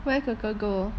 where 哥哥 go